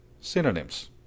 synonyms